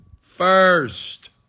first